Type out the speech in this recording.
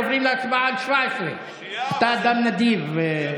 עוברים להצבעה על 17. אתה אדם נדיב.